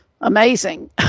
amazing